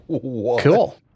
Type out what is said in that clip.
cool